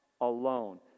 alone